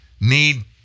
need